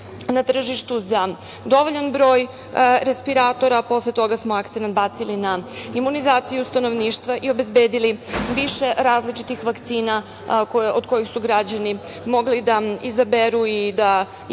na tržištu za dovoljan broj respiratora, posle toga smo akcenat bacili na imunizaciju stanovništva i obezbedili više različitih vakcina, od kojih su građani mogli da izaberu i da ih